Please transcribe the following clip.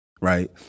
right